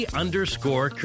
underscore